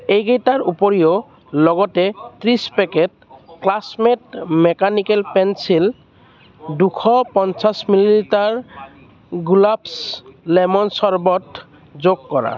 এইকেইটাৰ উপৰিও লগতে ত্ৰিছ পেকেট ক্লাছমেট মেকানিকেল পেঞ্চিল দুশ পঞ্চাছ মিলিলিটাৰ গুলাব্ছ লেমন চৰ্বট যোগ কৰা